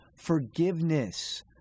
forgiveness